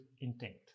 intent